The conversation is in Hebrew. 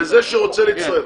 לזה שרוצה להצטרף.